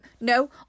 no